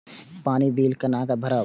पानी बील केना भरब हम?